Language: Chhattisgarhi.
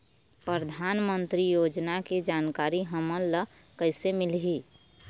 परधानमंतरी योजना के जानकारी हमन ल कइसे मिलही?